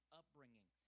upbringing